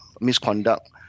misconduct